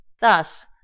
Thus